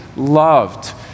loved